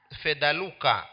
fedaluka